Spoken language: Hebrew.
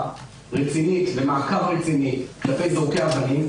רציני ומעקב רציני כלפי זורקי האבנים,